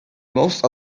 most